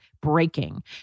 Breaking